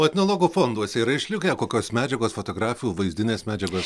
o etnologo fonduose yra išlikę kokios medžiagos fotografijų vaizdinės medžiagos